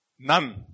None